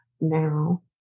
now